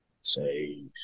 say